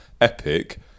epic